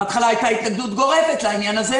בהתחלה הייתה התנגדות גורפת לעניין הזה